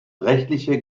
rechtliche